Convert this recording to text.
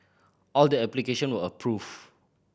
all the application were approved